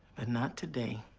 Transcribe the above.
ah not today.